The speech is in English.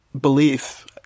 belief –